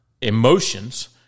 emotions